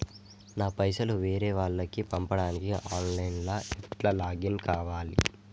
నా పైసల్ వేరే వాళ్లకి పంపడానికి ఆన్ లైన్ లా ఎట్ల లాగిన్ కావాలి?